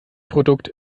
produkt